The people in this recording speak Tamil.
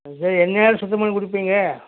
சரி எந்நேரம் சுத்தம் பண்ணி கொடுப்பீங்க